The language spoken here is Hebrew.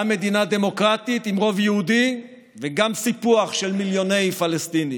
גם מדינה דמוקרטית עם רוב יהודי וגם סיפוח של מיליוני פלסטינים.